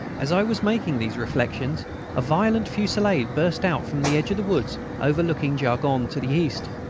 as i was making these reflections a violent fusillade burst out from the edge of the woods overlooking jaulgonne to the east.